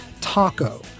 Taco